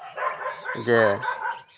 ᱡᱮ